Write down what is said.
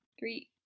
Three